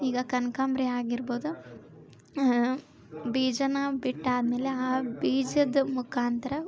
ಈಗ ಕನಕಾಂಬ್ರಿ ಆಗಿರ್ಬೋದು ಬೀಜಾನ ಬಿಟ್ಟಾದಮೇಲೆ ಆ ಬೀಜದ ಮುಖಾಂತರ